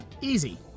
Easy